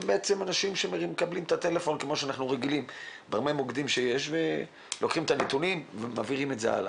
אלה מוקדנים שמקבלים את הטלפון ולוקחים נתונים ומעבירים הלאה.